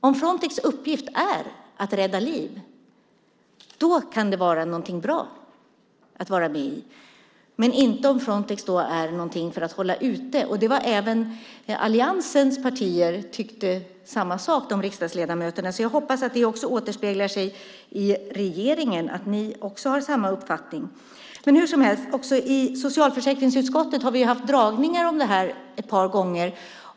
Om Frontex uppgift är att rädda liv kan det vara någonting bra att vara med i men inte om Frontex är någonting som är till för att hålla ute. Även riksdagsledamöterna från alliansens partier tyckte samma sak, så jag hoppas att samma uppfattning återspeglas i regeringen. Hur som helst: Också i socialförsäkringsutskottet har vi ett par gånger haft dragningar om det här.